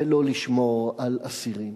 ולא לשמור על אסירים.